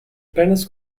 pernas